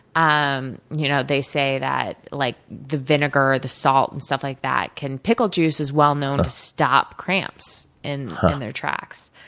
um you know they say that like the vinegar, the salt, and stuff like that can pickle juice is well known to stop cramps in their tracks.